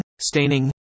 staining